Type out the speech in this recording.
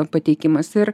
pateikimas ir